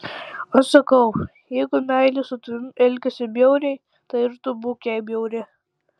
aš sakau jeigu meilė su tavimi elgiasi bjauriai tai ir tu būk jai bjauri